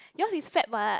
yours is Feb what